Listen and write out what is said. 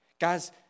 Guys